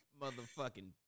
motherfucking